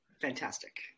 fantastic